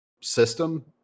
system